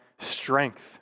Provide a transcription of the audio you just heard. strength